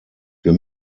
wir